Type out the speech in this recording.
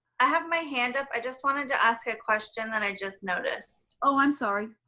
i have my hand up. i just wanted to ask a question that i just noticed. oh i'm sorry.